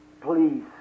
please